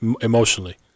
emotionally